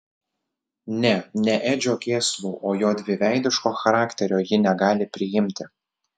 ne ne edžio kėslų o jo dviveidiško charakterio ji negali priimti